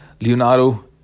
Leonardo